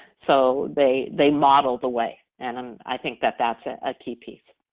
so they they modeled away and um i think that that's it, a key piece.